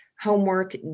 homework